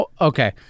Okay